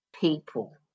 people